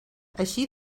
així